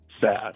sad